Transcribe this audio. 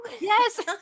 yes